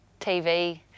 TV